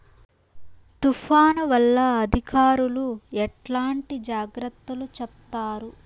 తుఫాను వల్ల అధికారులు ఎట్లాంటి జాగ్రత్తలు చెప్తారు?